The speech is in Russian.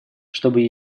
чтобы